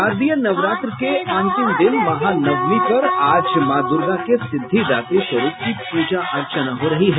शारदीय नवरात्र के अंतिम दिन महानवमी पर आज माँ दूर्गा के सिद्धिदात्री स्वरूप की पूजा अर्चना हो रही है